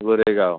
Goregaon